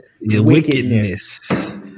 Wickedness